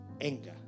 anger